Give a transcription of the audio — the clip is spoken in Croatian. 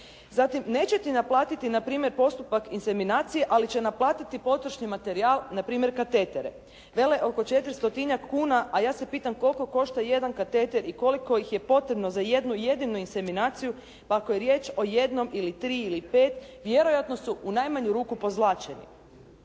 Zatim: “Neće ti naplatiti na primjer postupak insjeminacije, ali će naplatiti potrošni materijal na primjer katetere.“ Vele oko četiristotinjak kuna, a ja se pitam koliko košta jedan kateter i koliko ih je potrebno za jednu jedinu insjemenaciju, pa ako je riječ o jednom ili tri ili pet vjerojatno su u najmanju ruku pozlaćeni.